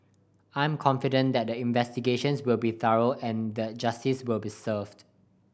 I am confident that the investigations will be thorough and that justice will be served